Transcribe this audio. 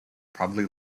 probably